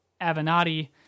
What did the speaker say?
Avenatti